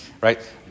right